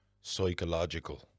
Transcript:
psychological